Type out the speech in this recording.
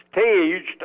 staged